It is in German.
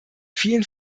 vielen